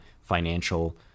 financial